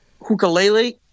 Hukulele